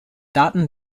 daten